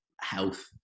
health